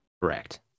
correct